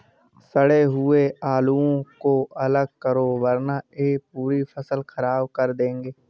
सड़े हुए आलुओं को अलग करो वरना यह पूरी फसल खराब कर देंगे